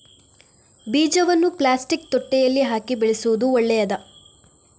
ಬೀಜವನ್ನು ಪ್ಲಾಸ್ಟಿಕ್ ತೊಟ್ಟೆಯಲ್ಲಿ ಹಾಕಿ ಬೆಳೆಸುವುದು ಒಳ್ಳೆಯದಾ?